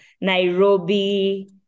Nairobi